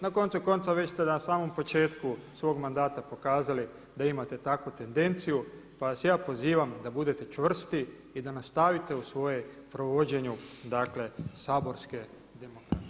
Na koncu konca već ste na samom početku svog mandata pokazali da imate takvu tendenciju, pa vas ja pozivam da budete čvrsti i da nastavite u svojem provođenju dakle saborske demokracije.